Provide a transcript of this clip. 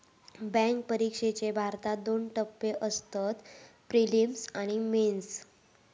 bank परिक्षेचे भारतात दोन टप्पे असतत, पिलिम्स आणि मेंस